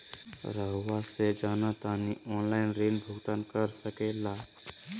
रहुआ से जाना तानी ऑनलाइन ऋण भुगतान कर सके ला?